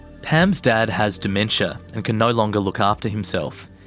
pam's dad has dementia and can no longer look after himself.